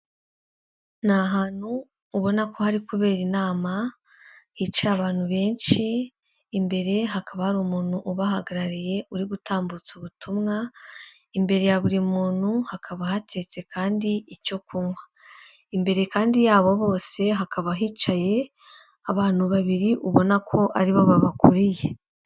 Ni ahantu ubona ko hari kubera inama hicaye abantu benshi imbere hakaba hari umuntu ubahagarariye uri gutambutsa ubutumwa, imbere ya buri muntu hakaba hateretse kandi icyo kunywa. Imbere kandi ya bo bose hakaba hicaye abantu babiri ubona ko aribo babakuriye.